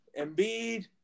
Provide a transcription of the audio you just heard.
Embiid